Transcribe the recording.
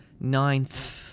Ninth